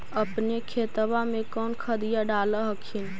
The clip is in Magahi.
अपने खेतबा मे कौन खदिया डाल हखिन?